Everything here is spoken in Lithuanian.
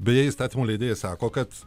beje įstatymų leidėjai sako kad